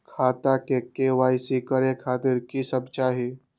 खाता के के.वाई.सी करे खातिर की सब चाही?